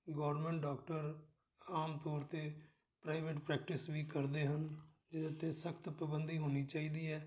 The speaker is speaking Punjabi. ਗੌਰਮੈਂਟ ਡਾਕਟਰ ਆਮ ਤੌਰ 'ਤੇ ਪ੍ਰਾਈਵੇਟ ਪ੍ਰੈਕਟਿਸ ਵੀ ਕਰਦੇ ਹਨ ਜਿਹਦੇ 'ਤੇ ਸਖਤ ਪਾਬੰਦੀ ਹੋਣੀ ਚਾਹੀਦੀ ਹੈ